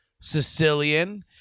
Sicilian